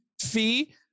fee